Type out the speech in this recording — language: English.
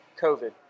COVID